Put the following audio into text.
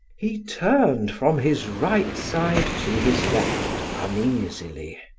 he turned from his right side to his left uneasily.